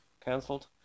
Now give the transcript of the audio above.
cancelled